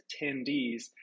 attendees